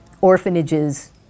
orphanages